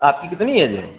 आपकी कितनी ऐज है